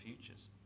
futures